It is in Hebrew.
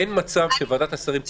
אין מצב שוועדת השרים תתכנס,